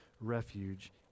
refuge